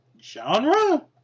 genre